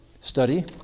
study